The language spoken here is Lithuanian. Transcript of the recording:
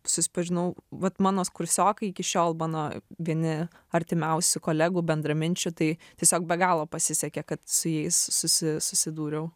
susipažinau vat mano kursiokai iki šiol mano vieni artimiausių kolegų bendraminčių tai tiesiog be galo pasisekė kad su jais susi susidūriau